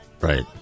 Right